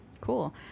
Cool